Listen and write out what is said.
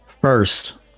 first